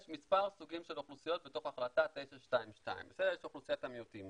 יש מספר סוגים של אוכלוסיות בתוך החלטה 922. יש אוכלוסיית המיעוטים.